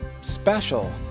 special